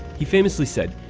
he famously said,